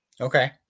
Okay